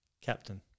Captain